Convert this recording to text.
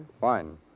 Fine